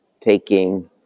taking